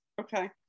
Okay